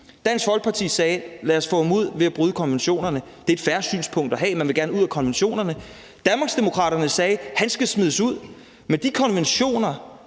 Dansk Folkeparti sagde: Lad os få ham ud ved at bryde konventionerne. Det er et fair synspunkt at have: Man vil gerne ud af konventionerne. Danmarksdemokraterne sagde: Han skal smides ud. Men de konventioner,